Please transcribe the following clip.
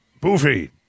Boofy